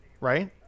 right